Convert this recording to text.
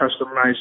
customized